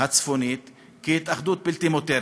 הצפונית כהתאחדות בלתי מותרת.